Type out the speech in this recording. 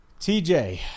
TJ